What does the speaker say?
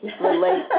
relate